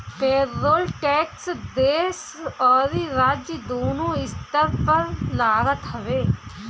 payroll tax देस अउरी राज्य दूनो स्तर पर लागत हवे